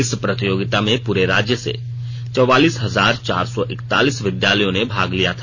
इस प्रतियोगिता में पुरे राज्य से चौवालीस हजार चार सौ इकतालीस विद्यालयों ने भाग लिया था